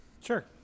sure